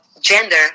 gender